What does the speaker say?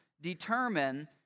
determine